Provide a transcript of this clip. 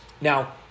Now